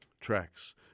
tracks